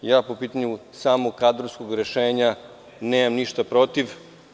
Po pitanju samog kadrovskog rešenja nemam ništa protiv.